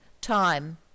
time